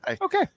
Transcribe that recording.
okay